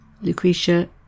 Lucretia